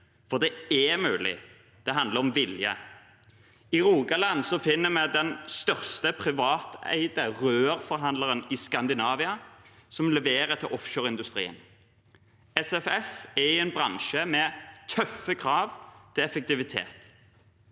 for det er mulig, det handler om vilje. I Rogaland finner vi den største privateide rørforhandleren i Skandinavia som leverer til offshoreindustrien. SFF er i en bransje med tøffe krav til effektivitet.